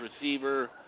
receiver